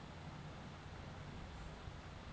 উইপড়ে যাউয়া ছবুজ শস্য থ্যাইকে যে ছার বালাল হ্যয়